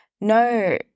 No